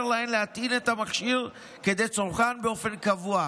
להן להטעין את המכשיר כדי צורכן באופן קבוע.